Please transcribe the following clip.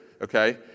okay